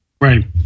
Right